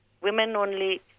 women-only